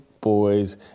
boys